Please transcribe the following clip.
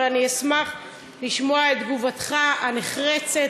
אבל אני אשמח לשמוע את תגובתך הנחרצת